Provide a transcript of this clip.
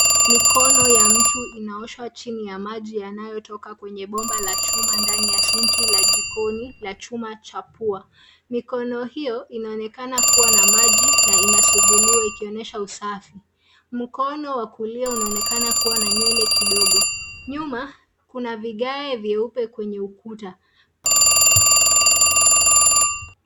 Mikono ya mtu inaosha chini ya maji yanayotoka kwenye bomba la chuma ndani ya sinki la jikoni la chuma cha pua. Mikono hiyo inaonekana kuwa na maji na inasuguliwa ikionyesha usafi. Mkono wa kulia unaonekana kuwa na nywele kidogo. Nyuma kuna vigae vyeupe kwenye ukuta.